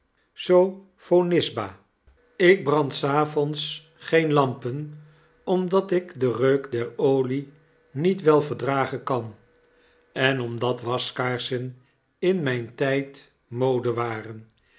sophonisba ik brand des avonds geen lampen omdatik den reuk der olie niet wel verdragen kan en omdat waskaarsen in mjjn tyd mode waren